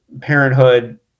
parenthood